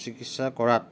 চিকিৎসা কৰাত